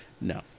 No